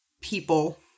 people